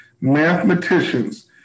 mathematicians